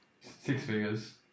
Six-figures